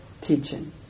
teaching